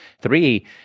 three